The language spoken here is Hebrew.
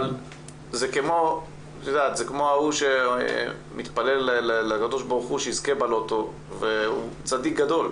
אבל זה כמו ההוא שמתפלל לקב"ה שיזכה בלוטו והוא צדיק גדול,